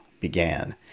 began